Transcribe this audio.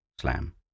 Slam